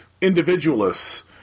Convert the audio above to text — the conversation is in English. individualists